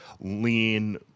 lean